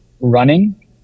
running